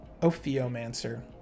Ophiomancer